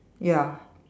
ya